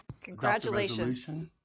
Congratulations